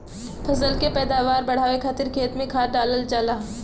फसल के पैदावार बढ़ावे खातिर खेत में खाद डालल जाला